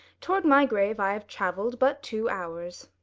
toward my grave i have travell'd but two hours.